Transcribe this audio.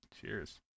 Cheers